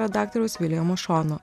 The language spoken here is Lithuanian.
redaktoriaus viljamo šono